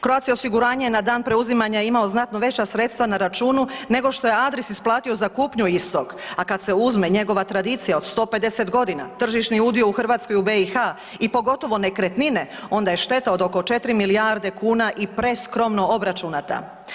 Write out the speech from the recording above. Croatia osiguranje je na dan preuzimanja imao znatno veća sredstva na računu nego što je Adris isplatio za kupnju istog, a kada se uzme njegova tradicija od 150 godina, tržišni udio u Hrvatskoj i u BiH i pogotovo nekretnine onda je šteta od oko 4 milijarde kuna i preskromno obračunata.